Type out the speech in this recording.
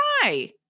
try